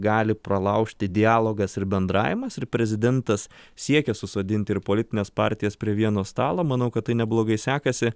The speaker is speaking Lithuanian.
gali pralaužti dialogas ir bendravimas ir prezidentas siekia susodinti ir politines partijas prie vieno stalo manau kad tai neblogai sekasi